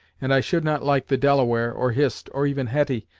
and i should not like the delaware, or hist, or even hetty,